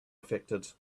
affected